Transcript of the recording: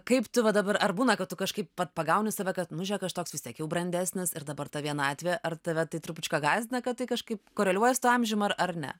kaip tu va dabar ar būna kad tu kažkaip pa pagauni save kad nu žiūrėk aš toks vis tiek jau brandesnis ir dabar tą vienatvė ar tave tai trupučiuką gąsdina kad tai kažkaip koreliuoja su tuo amžium ar ar ne